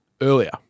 earlier